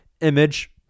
image